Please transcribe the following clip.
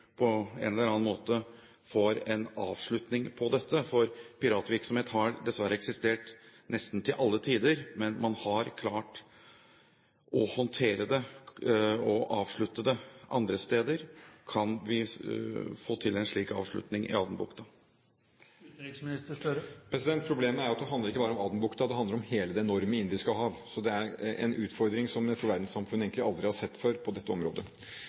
på en eller annen måte får en avslutning på dette? Piratvirksomhet har dessverre eksistert nesten til alle tider, men man har klart å håndtere det og avslutte det andre steder. Kan vi få til en slik avslutning i Adenbukta? Problemet er jo at det ikke bare handler om Adenbukta, det handler om hele det enorme indiske hav. Så dette er en utfordring som jeg tror verdenssamfunnet egentlig aldri har sett før på dette området.